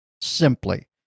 simply